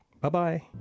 Bye-bye